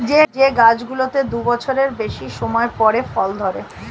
যে গাছগুলোতে দু বছরের বেশি সময় পরে ফল ধরে